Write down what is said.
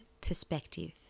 perspective